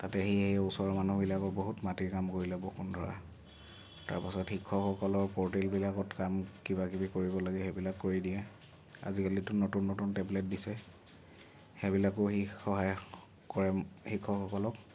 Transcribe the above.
তাতে সি সেই ওচৰৰ মানুহবিলাকক বহুত মাটিৰ কাম কৰিলে বসুন্ধৰা তাৰপিছত শিক্ষকসকলৰ পৰ্টেলবিলাকত কাম কিবা কিবি কৰিব লাগে সেইবিলাক কৰি দিয়ে আজিকালিতো নতুন নতুন টেব্লেট দিছে সেইবিলাকো সি সহায় কৰে শিক্ষকসকলক